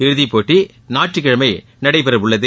இறுதிப்போட்டி ஞாயிற்றுக்கிழமை நடைபெறவுள்ளது